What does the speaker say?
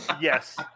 Yes